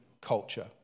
culture